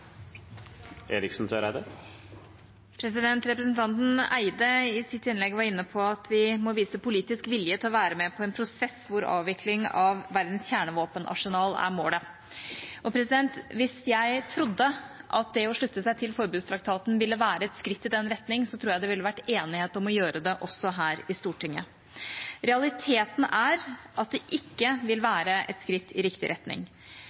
et forbud. Representanten Eide var i sitt innlegg inne på at vi må vise politisk vilje til å være med på en prosess hvor avvikling av verdens kjernevåpenarsenal er målet. Hvis jeg trodde at det å slutte seg til forbudstraktaten ville være et skritt i den retning, tror jeg det ville vært enighet om å gjøre det, også her i Stortinget. Realiteten er at det ikke vil være et skritt i riktig retning